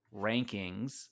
rankings